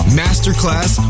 masterclass